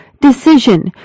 decision